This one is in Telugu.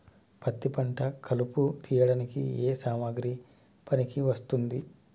పత్తి పంట కలుపు తీయడానికి ఏ సామాగ్రి పనికి వస్తుంది?